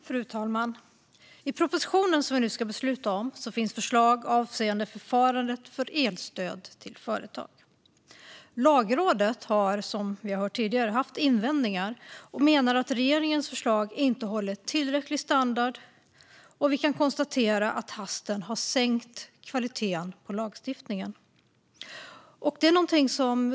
Fru talman! I propositionen som vi nu ska besluta om finns förslag avseende förfarandet för elstöd till företag. Lagrådet har som vi hört tidigare haft invändningar och menar att regeringens förslag inte håller tillräcklig standard, och vi kan konstatera att hasten har sänkt kvaliteten på lagstiftningen.